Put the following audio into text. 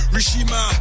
Rishima